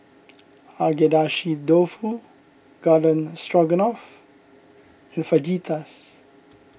Agedashi Dofu Garden Stroganoff and Fajitas